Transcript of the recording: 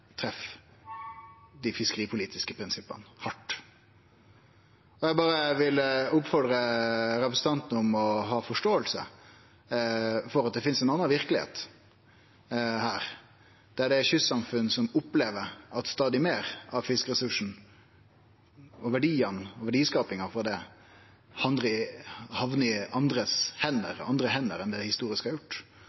treffer dei fiskeripolitiske prinsippa hardt. Eg vil berre oppfordre representanten til å ha forståing for at det finst ei anna verkelegheit, der det er kystsamfunn som opplever at stadig meir av fiskeressursane og verdiane og verdiskapinga frå dei hamnar på andre hender enn dei historisk har gjort, og at det